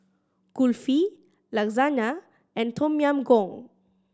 Kulfi Lasagna and Tom Yam Goong